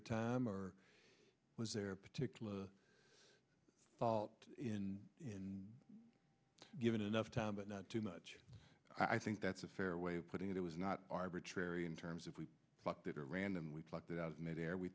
of time or was there a particular fault in in given enough time but not too much i think that's a fair way of putting it it was not arbitrary in terms of but that are randomly plucked out of midair we